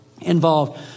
involved